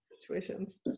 situations